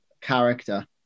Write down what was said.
character